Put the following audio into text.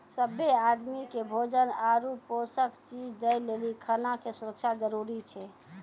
सभ्भे आदमी के भोजन आरु पोषक चीज दय लेली खाना के सुरक्षा जरूरी छै